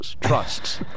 Trusts